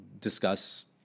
discuss